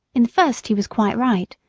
in the first he was quite right,